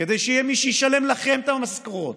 כדי שיהיה מי שישלם לכם את המשכורות,